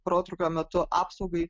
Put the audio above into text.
protrūkio metu apsaugai